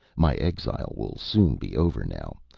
my exile will soon be over now.